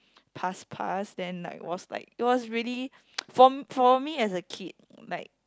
pass pass then like was like it was really for for me as a kid like